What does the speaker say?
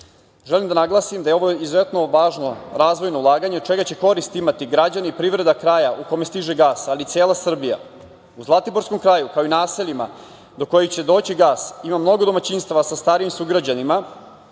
Želim da naglasim da je ovo izuzetno važno razvojno ulaganje od čega će korist imati građani i privreda kraja u kome stiže gas, ali i cela Srbija. U zlatiborskom kraju, kao i u naseljima do kojih će doći gas ima mnogo domaćinstava sa starijim sugrađanima